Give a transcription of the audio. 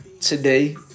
today